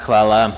Hvala